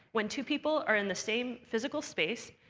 when two people are in the same physical space,